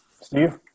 Steve